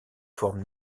forme